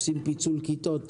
עושים פיצולי כיתות.